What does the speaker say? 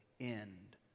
end